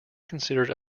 considered